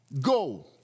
Go